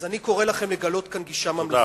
אז אני קורא לכם לגלות כאן גישה ממלכתית.